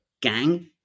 gang